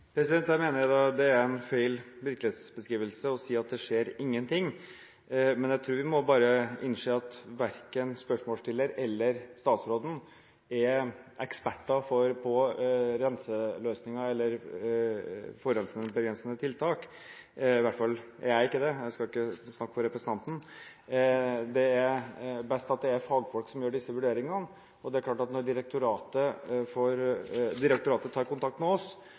Jeg mener det er en feil virkelighetsbeskrivelse å si at det skjer ingenting, men jeg tror vi bare må innse at verken spørsmålsstiller eller statsråden er eksperter på renseløsninger eller forurensingsbegrensende tiltak. I hvert fall er ikke jeg det – jeg skal ikke snakke for representanten. Det er best at det er fagfolk som gjør disse vurderingene. Det er klart at når direktoratet tar kontakt med oss